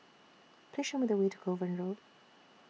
Please Show Me The Way to Kovan Road